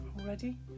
already